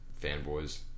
fanboys